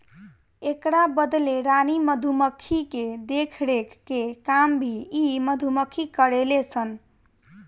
एकरा बदले रानी मधुमक्खी के देखरेख के काम भी इ मधुमक्खी करेले सन